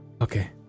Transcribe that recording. Okay